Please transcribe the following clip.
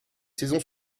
saisons